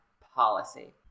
policy